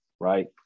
right